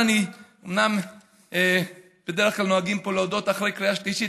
בדרך כלל נוהגים פה להודות אחרי קריאה שלישית.